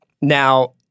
Now